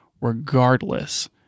regardless